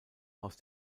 aus